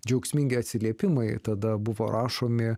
džiaugsmingi atsiliepimai tada buvo rašomi